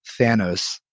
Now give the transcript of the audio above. Thanos